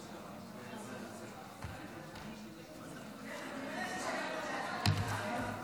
כנסת נכבדה, אני מתכבד להציג בפני הכנסת,